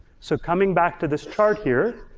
so coming back to this chart here,